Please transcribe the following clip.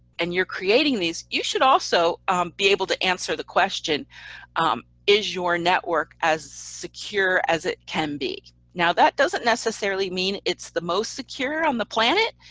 and you're creating these, you should also be able to answer the question is your network as secure as it can be. now that doesn't necessarily mean it's the most secure on the planet.